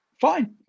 Fine